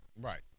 Right